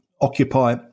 occupy